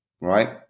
Right